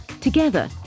Together